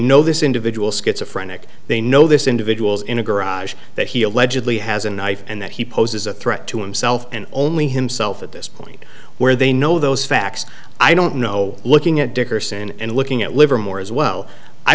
this individual schizophrenia they know this individual's in a garage that he allegedly has a knife and that he poses a threat to himself and only himself at this point where they know those facts i don't know looking at dickerson and looking at livermore as well i